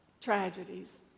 Tragedies